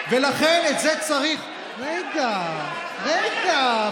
לרבנים מותר, ולכן, את זה צריך, רגע, רגע.